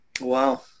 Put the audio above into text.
wow